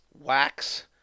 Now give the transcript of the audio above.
wax